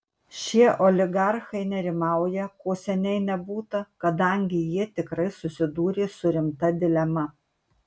šie oligarchai nerimauja ko seniai nebūta kadangi jie tikrai susidūrė su rimta dilema